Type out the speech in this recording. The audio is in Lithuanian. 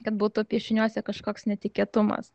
kad būtų piešiniuose kažkoks netikėtumas